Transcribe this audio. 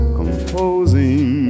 composing